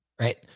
right